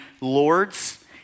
lords